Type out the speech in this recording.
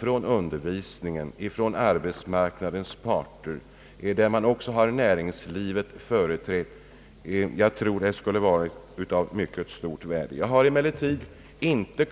för undervisningen och för arbetsmarknaden, där man också har näringslivet företrätt. Det skulle ha varit av mycket stort värde att ha ett sådant planeringsråd.